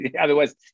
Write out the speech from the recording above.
otherwise